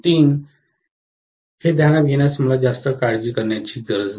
3 हे ध्यानात घेण्यास मला जास्त काळजी करण्याची गरज नाही